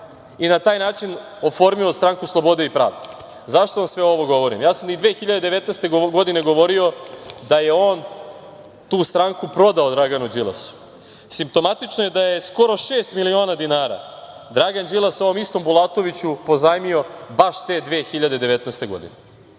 i na taj način oformio stranku Slobode i pravde.Zašto vam sve ovo govorim? Ja sam i 2019. godine govorio da je on tu stranku prodao Draganu Đilasu. Simptomatično je da je skoro šest miliona dinara Dragan Đilas ovom istom Bulatoviću pozajmio, baš te 2019. godine.